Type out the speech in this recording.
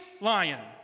lion